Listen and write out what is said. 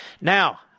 Now